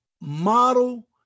Model